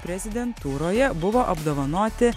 prezidentūroje buvo apdovanoti